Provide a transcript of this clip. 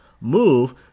move